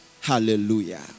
Hallelujah